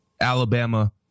Alabama